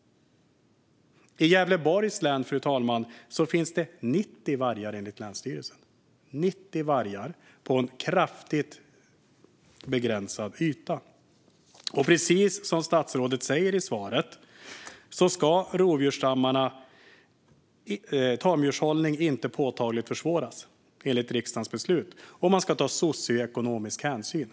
I Gävleborgs län, fru talman, finns det enligt länsstyrelsen 90 vargar på en kraftigt begränsad yta. Precis som statsrådet säger i svaret innebär riksdagens beslut att tamdjurshållning inte påtagligt ska försvåras och att man ska ta socioekonomisk hänsyn.